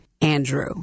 Andrew